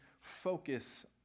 focus